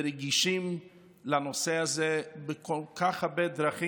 והן רגישות לנושא הזה, בכל כך הרבה מובנים,